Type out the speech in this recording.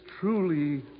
truly